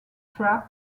trap